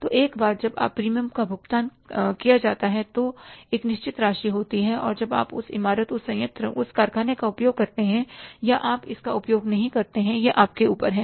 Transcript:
तो एक बार जब प्रीमियम का भुगतान किया जाता है तो एक निश्चित राशि होती है अब आप उस इमारत उस संयंत्र उस कारखाने का उपयोग करते हैं या आप इसका उपयोग नहीं करते हैं यह आपके ऊपर है